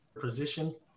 position